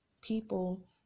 people